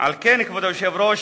על כן, כבוד היושב-ראש,